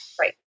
Right